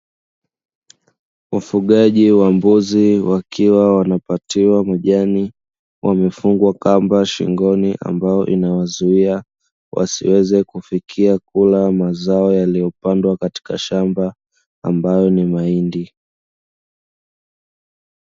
Ufugaji wa mbuzi wakiwa wanapatiwa majani, wamefungwa kamba shingoni ambayo inawazuia wasiweze kufikia kula mazao yaliyopandwa katika shamba ambalo ni mahindi.